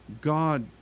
God